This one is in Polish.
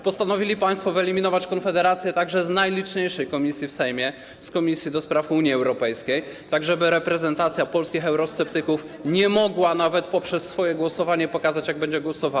Postanowili państwo wyeliminować Konfederację także z najliczniejszej komisji w Sejmie, z Komisji do Spraw Unii Europejskiej, tak żeby reprezentacja polskich eurosceptyków nie mogła nawet poprzez głosowanie pokazać, jak będzie głosowała.